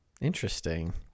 Interesting